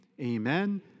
Amen